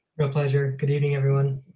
real pleasure, good evening everyone.